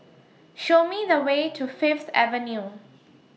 Show Me The Way to Fifth Avenue